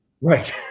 Right